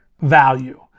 value